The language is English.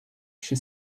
she